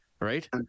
right